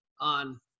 on